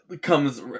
comes